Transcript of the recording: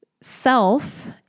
self